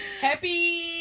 Happy